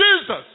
Jesus